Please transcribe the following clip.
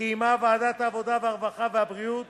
קיימה ועדת העבודה, הרווחה והבריאות